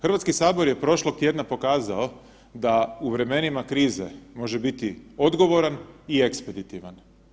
Hrvatski sabor je prošlog tjedna pokazao da u vremenima krize može biti odgovoran i ekspeditivan.